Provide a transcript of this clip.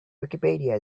wikipedia